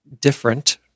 different